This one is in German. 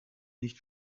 nicht